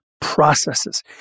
processes